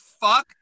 fuck